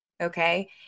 Okay